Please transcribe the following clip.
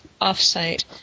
off-site